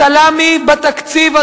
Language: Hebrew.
הסלאמי בתקציב,